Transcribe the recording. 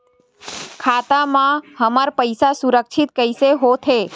खाता मा हमर पईसा सुरक्षित कइसे हो थे?